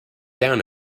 down